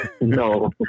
No